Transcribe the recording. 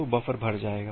तो बफर भर जाएगा